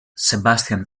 sebastian